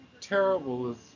terrible